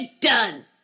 done